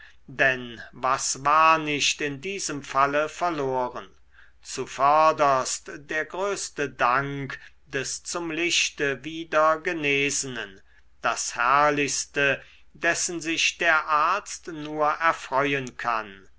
denn was war nicht in diesem falle verloren zuvörderst der größte dank des zum lichte wieder genesenen das herrlichste dessen sich der arzt nur erfreuen kann